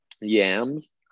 yams